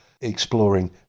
exploring